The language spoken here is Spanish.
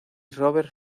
robert